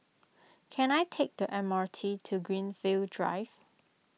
can I take the M R T to Greenfield Drive